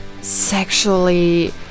sexually